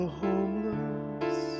homeless